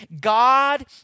God